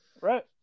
Right